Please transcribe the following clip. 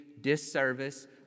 disservice